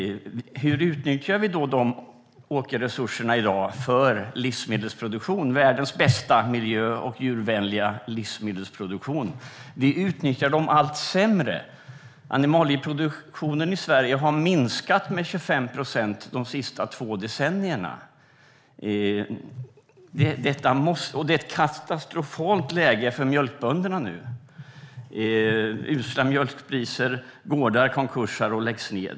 Hur utnyttjar vi de åkerresurserna för livsmedelsproduktion i dag, världens bästa miljö och djurvänliga livsmedelsproduktion? Vi utnyttjar dem på ett allt sämre sätt. Animalieproduktionen i Sverige har minskat med 25 procent under de senaste två decennierna. Och det är ett katastrofalt läge för mjölkbönderna nu. Mjölkpriserna är usla. Gårdar går i konkurs och läggs ned.